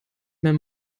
mehr